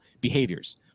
Behaviors